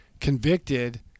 convicted